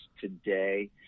today